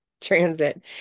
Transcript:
transit